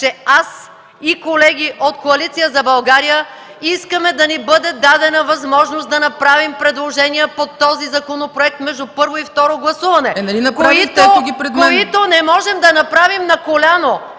че аз и колеги от Коалиция за България искаме да ни бъде дадена възможност да направим предложения по този законопроект между първо и второ гласуване, които не можем да направим на коляно.